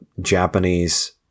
Japanese